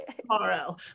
tomorrow